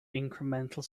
incremental